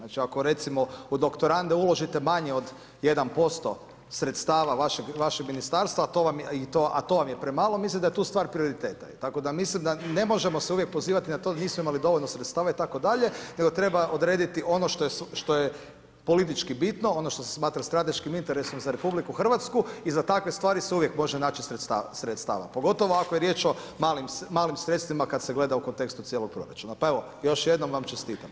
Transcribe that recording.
Ako recimo od doktorande uložite manje od jedan posto sredstava vašeg ministarstva, a to vam je premalo, mislim da je tu stvar prioriteta tako da mislim da ne možemo se uvijek pozivati na to nismo imali dovoljno sredstava itd. nego treba odrediti ono što je politički bitno, ono što se smatra strateškim interesom za RH i za takve stvari se uvijek može naći sredstava, pogotovo ako je riječ o malim sredstvima kad se gleda u kontekstu cijelog proračuna pa evo još jednom vam čestitam.